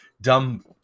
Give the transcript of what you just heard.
dumb